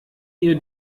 ihr